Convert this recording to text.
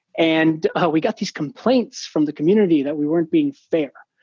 and we got these complaints from the community that we weren't being fair.